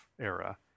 era